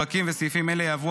פרקים וסעיפים אלה יעברו,